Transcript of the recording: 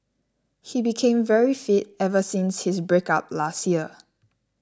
he became very fit ever since his breakup last year